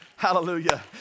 Hallelujah